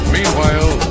Meanwhile